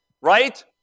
right